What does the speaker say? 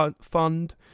Fund